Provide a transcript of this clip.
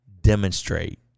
demonstrate